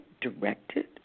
directed